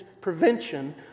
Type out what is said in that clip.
prevention